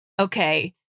Okay